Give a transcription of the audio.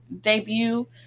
debut